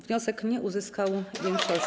Wniosek nie uzyskał większości.